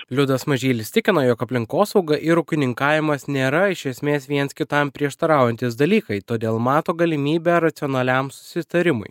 liudas mažylis tikina jog aplinkosauga ir ūkininkavimas nėra iš esmės viens kitam prieštaraujantys dalykai todėl mato galimybę racionaliam susitarimui